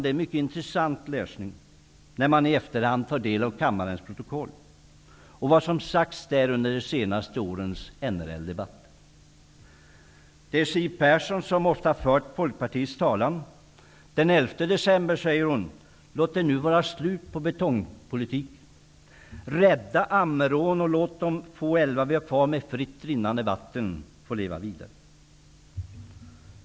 Det är mycket intressant läsning att i efterhand ta del av kammarens protokoll och vad som har sagts under senare år i debatten om Siw Persson har ofta fört Folkpartiets talan. Den 11 december 1989 sade hon att det nu skulle vara slut på betongpolitiken. Ammerån skall räddas och de få älvar som fanns kvar med rinnande vatten skulle få leva vidare.